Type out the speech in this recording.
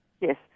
Yes